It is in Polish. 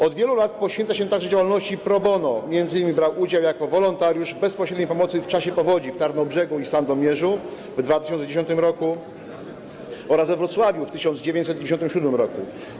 Od wielu lat poświęca się także działalności pro bono, m.in. brał udział jako wolontariusz w bezpośredniej pomocy w czasie powodzi w Tarnobrzegu i Sandomierzu w 2010 r. oraz we Wrocławiu w 1997 r.